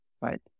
right